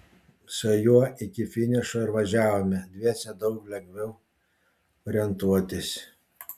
su juo iki finišo ir važiavome dviese daug lengviau orientuotis